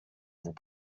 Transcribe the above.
vous